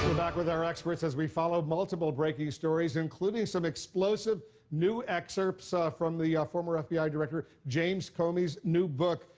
back with our experts as we following multiple breaking stories, including some explosive new excerpts ah from the yeah former fbi director james comey's new book.